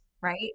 Right